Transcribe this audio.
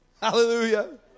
Hallelujah